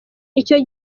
icyo